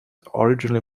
originally